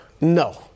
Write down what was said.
no